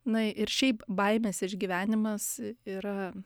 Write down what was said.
na ir šiaip baimės išgyvenimas yra